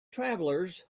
travelers